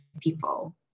people